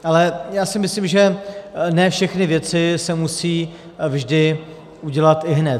Ale myslím, že ne všechny věci se musí vždy udělat ihned.